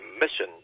mission